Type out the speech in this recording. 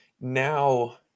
now